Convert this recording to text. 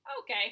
okay